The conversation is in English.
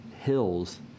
hills